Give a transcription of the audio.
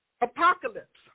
apocalypse